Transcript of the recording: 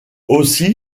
aussy